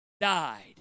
died